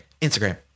Instagram